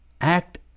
Act